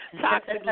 Toxic